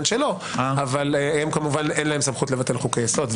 שלו אבל אין להם סמוכת לבטל חוקי יסוד.